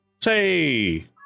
Say